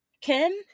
Kim